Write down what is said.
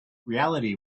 reality